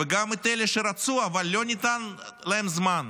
וגם אלה שרצו אבל לא ניתן להם זמן.